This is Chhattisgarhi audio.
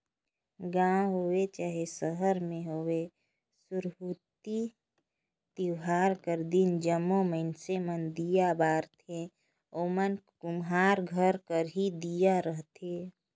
गाँव होए चहे सहर में होए सुरहुती तिहार कर दिन जम्मो मइनसे मन दीया बारथें ओमन कुम्हार घर कर ही दीया रहथें